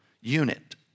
unit